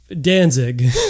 Danzig